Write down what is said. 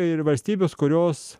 ir valstybės kurios